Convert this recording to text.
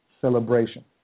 celebration